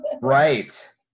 Right